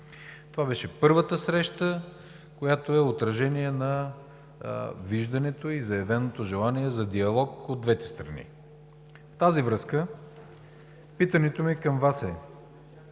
Това беше първата среща, която е отражение на виждането и заявеното желание за диалог от двете страни. В тази връзка питането ми към Вас е: